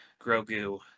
Grogu